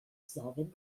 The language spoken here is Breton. savet